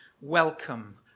Welcome